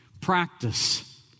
practice